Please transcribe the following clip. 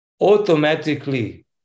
Automatically